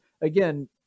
again